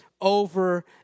over